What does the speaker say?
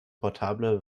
portable